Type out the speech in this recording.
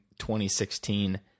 2016